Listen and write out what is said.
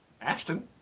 Ashton